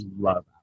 love